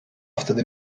wtedy